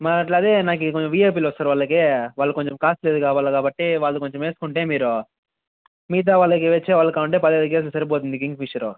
మరి అలా అదే నాకు కొంచెం విఐపిలు వస్తారు వాళ్ళకి వాళ్ళు కొంచెం కాస్ట్లివి కావాలి కాబట్టి వాళ్ళు కొంచెం వేసుకుంటే మీరు మిగతా వాళ్ళకి వచ్చేవాళ్ళు కావాలంటే పదిహేను కేసులు సరిపోతుంది కింగ్ఫిషరు